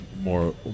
more